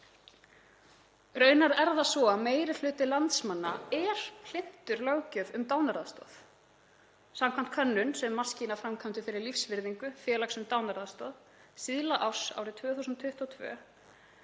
Raunar er það svo að meiri hluti landsmanna er hlynntur löggjöf um dánaraðstoð. Samkvæmt könnun sem Maskína framkvæmdi fyrir Lífsvirðingu, félag um dánaraðstoð síðla árs árið 2022